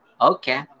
Okay